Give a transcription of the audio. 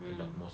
mm